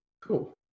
Cool